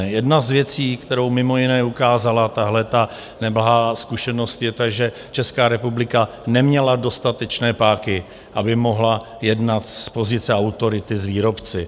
Jedna z věcí, kterou mimo jiné ukázala tahle neblahá zkušenost, je ta, že Česká republika neměla dostatečné páky, aby mohla jednat z pozice autority s výrobci.